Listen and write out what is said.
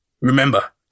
Remember